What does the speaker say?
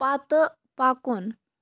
پَتہٕ پکُن